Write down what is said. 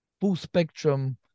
full-spectrum